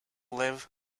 live